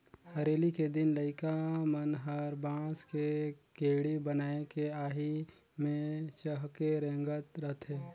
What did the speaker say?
हरेली के दिन लइका मन हर बांस के गेड़ी बनायके आही मे चहके रेंगत रथे